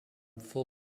full